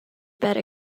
better